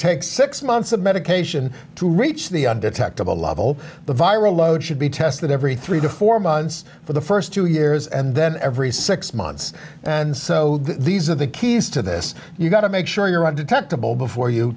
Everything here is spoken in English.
take six months of medication to reach the undetectable level the viral load should be tested every three to four months for the first two years and then every six months and so these are the keys to this you've got to make sure you're not detectable before you